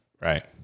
Right